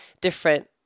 different